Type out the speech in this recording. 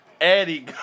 Eddie